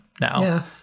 now